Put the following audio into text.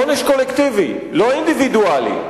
עונש קולקטיבי, לא אינדיבידואלי,